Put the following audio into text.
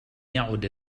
يعد